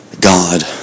God